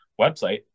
website